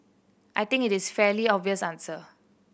I think it is fairly obvious answer